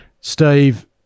Steve